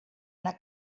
una